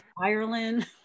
Ireland